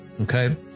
Okay